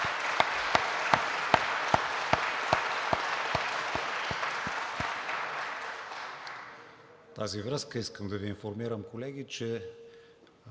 тази връзка искам да Ви информирам, колеги, че